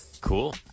Cool